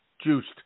juiced